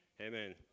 Amen